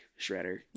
Shredder